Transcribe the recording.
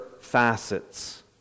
facets